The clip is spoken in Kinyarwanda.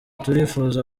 turifuza